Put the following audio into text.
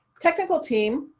technical team.